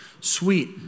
Sweet